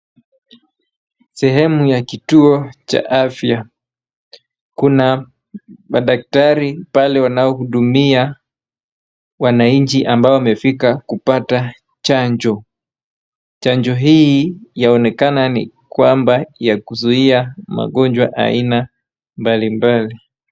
Sehemu ya kituo cha afya. Kuna madaktari pale wanaohudumia wananchi ambao wamefika kupata chanjo. Chanjo hii yanaonekana ni kwamba ya kuzuia magonjwa aina mbalimbali.